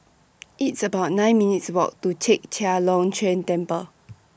It's about nine minutes' Walk to Chek Chai Long Chuen Temple